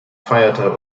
feierte